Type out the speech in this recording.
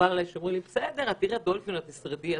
שאומרים לי: בסדר, את אירה דולפין, את תשרדי.